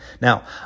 Now